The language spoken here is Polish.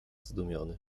zdumiony